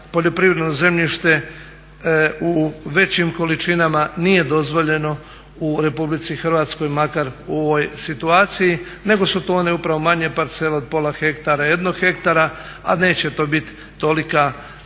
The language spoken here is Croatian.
poljoprivredno zemljište u većim količinama nije dozvoljeno u Republici Hrvatskoj makar u ovoj situaciji nego su to one upravo manje parcele od pola hektara, jednog hektara a neće to biti tolike površine